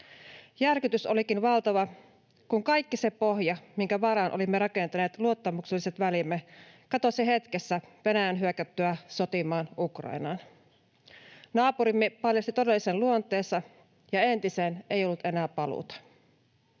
Järkytys olikin valtava, kun kaikki se pohja, minkä varaan olimme rakentaneet luottamukselliset välimme, katosi hetkessä Venäjän hyökättyä sotimaan Ukrainaan. Naapurimme paljasti todellisen luonteessa, ja entiseen ei ollut enää paluuta.